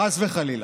חס וחלילה.